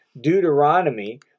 Deuteronomy